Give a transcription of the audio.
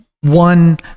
One